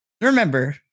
remember